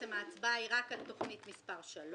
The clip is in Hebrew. ההצבעה היא רק על תכנית 3,